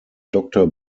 doctor